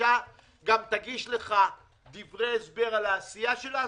בקשה גם תגיש לך דברי הסבר על העשייה שלה?